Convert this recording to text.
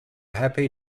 happy